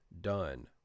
done